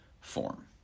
form